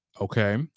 Okay